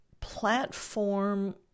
platform